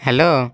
hello